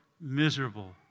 miserable